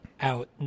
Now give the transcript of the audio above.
out